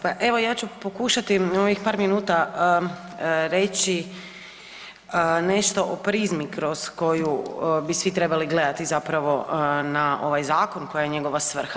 Pa evo ja ću pokušati u ovih par minuta reći nešto o prizmi kroz koju bi svi trebali gledati zapravo na ovaj zakon, koja je njegova svrha.